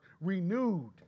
renewed